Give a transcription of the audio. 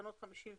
תקנות 54,